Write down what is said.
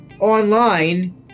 online